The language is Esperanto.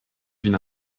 vin